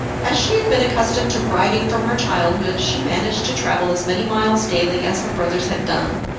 as she had been accustomed to riding from her childhood, she managed to travel as many miles daily as her brothers had done,